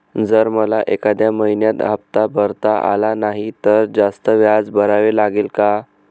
जर मला एखाद्या महिन्यात हफ्ता भरता आला नाही तर जास्त व्याज भरावे लागेल का?